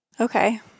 Okay